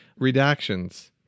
redactions